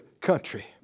country